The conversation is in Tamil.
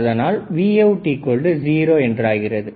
இதனால் Vout0 என்றாகிறது